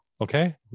okay